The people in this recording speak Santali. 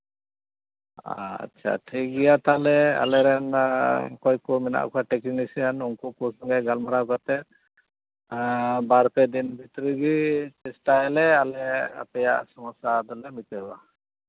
ᱟᱪᱪᱷᱟ ᱴᱷᱤᱠ ᱜᱮᱭᱟ ᱛᱟᱦᱚᱞᱮ ᱟᱞᱮᱨᱮᱱ ᱚᱠᱚᱭ ᱠᱚ ᱢᱮᱱᱟᱜ ᱠᱚᱣᱟ ᱴᱮᱠᱱᱤᱥᱤᱭᱟᱱ ᱩᱱᱠᱩ ᱠᱚ ᱥᱚᱸᱜᱮ ᱜᱟᱞᱢᱟᱨᱟᱣ ᱠᱟᱛᱮᱫ ᱵᱟᱨᱯᱮ ᱫᱤᱱ ᱵᱷᱤᱛᱨᱤ ᱜᱮ ᱪᱮᱥᱴᱟᱭᱟᱞᱮ ᱟᱞᱮ ᱟᱯᱮᱭᱟᱜ ᱥᱚᱢᱚᱥᱥᱟ ᱫᱚᱞᱮ ᱢᱤᱴᱟᱹᱣᱟ